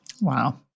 Wow